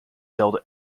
held